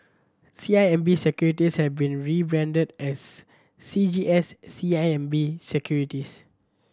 C I M B Securities has been rebranded as C G S C I M B Securities